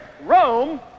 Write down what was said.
Rome